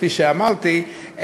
כפי שאמרתי,